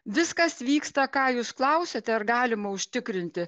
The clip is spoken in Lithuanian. viskas vyksta ką jūs klausiate ar galima užtikrinti